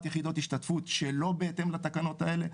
יחידות השתתפות שלא בהתאם לתקנות האלה,